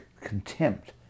contempt